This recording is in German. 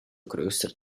größer